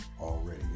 already